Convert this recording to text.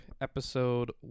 episode